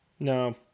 No